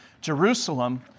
Jerusalem